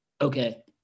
Okay